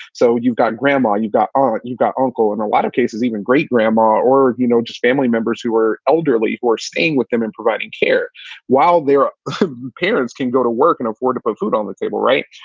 so you've got grandma, you've got ah you've got uncle and a lot of cases, even great grandma or, you know, just family members who were elderly, who are staying with them and providing care while their parents can go to work and afford to put food on the table. right.